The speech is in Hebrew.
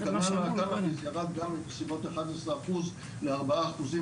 השימוש בקנאביס ירד גם מ-11 אחוז לארבעה אחוזים